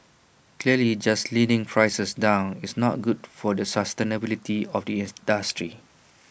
clearly just leading prices down it's not good for the sustainability of the industry